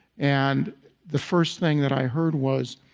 and the first thing that i heard was,